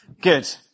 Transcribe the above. Good